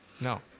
No